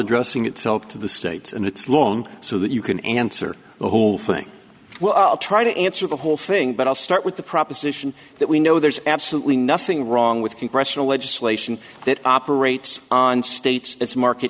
addressing itself to the states and it's long so that you can answer the who thing well i'll try to answer the whole thing but i'll start with the proposition that we know there's absolutely nothing wrong with congressional legislation that operates on states as market